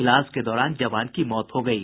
इलाज के दौरान जवान की मौत हो गयी